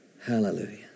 Hallelujah